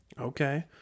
Okay